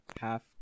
half